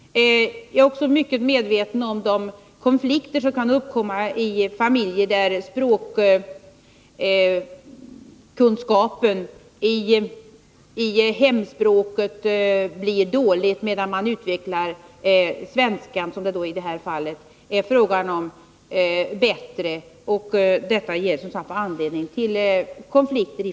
Jag är också mycket medveten om de konflikter som kan uppkomma i familjer där språkkänslan i hemspråket blir dålig hos barnen, medan de utvecklar svenskan — som det i detta fall är fråga om — bättre.